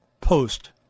Post